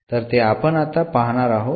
तर ते आपण आता पाहणार आहोत